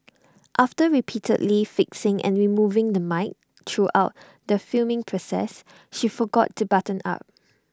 after repeatedly fixing and removing the mic throughout the filming process she forgot to button up